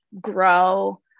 grow